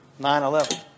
9-11